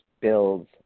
builds